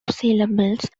syllables